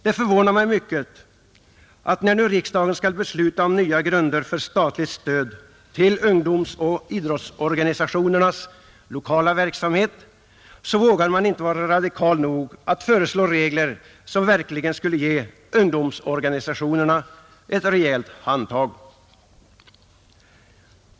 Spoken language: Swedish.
Det förvånar mig mycket, att när nu riksdagen skall besluta om nya grunder för statligt stöd till ungdomsoch idrottsorganisationernas lokala verksamhet vågar man inte vara radikal nog att föreslå regler som verkligen skulle ge ungdomsorganisationerna ett rejält handtag.